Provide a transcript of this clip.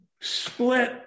split